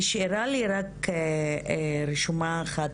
נשארה לי רק רשומה אחת